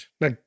Now